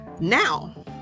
now